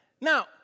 Now